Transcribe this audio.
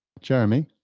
Jeremy